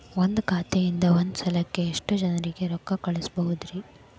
ಒಂದ್ ಖಾತೆಯಿಂದ, ಒಂದ್ ಸಲಕ್ಕ ಎಷ್ಟ ಜನರಿಗೆ ರೊಕ್ಕ ಕಳಸಬಹುದ್ರಿ?